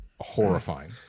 horrifying